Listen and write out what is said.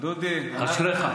אשריך.